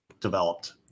developed